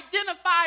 identify